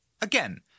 again